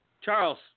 Charles